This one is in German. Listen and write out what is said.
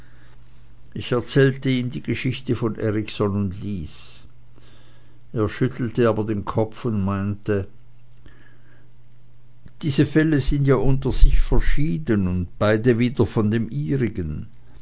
ich erzählte ihm die geschichte von erikson und lys er schüttelte aber den kopf und meinte diese fälle sind ja unter sich verschieden und beide wieder von dem